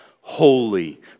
holy